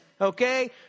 Okay